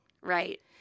Right